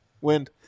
Wind